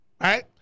right